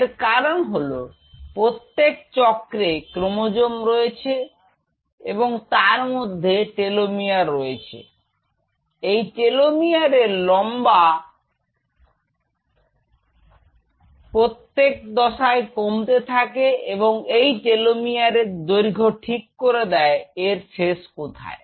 এর কারণ হলো প্রত্যেক চক্রে ক্রোমোজোম রয়েছে এবং তার মধ্যে টেলোমিয়ার রয়েছে এই টেলোমিয়ারের লম্বা প্রত্যেককে কমতে থাকে এবং এই টেলোমিয়ারের দৈর্ঘ্য ঠিক করে দেয় এর শেষ কোথায়